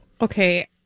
Okay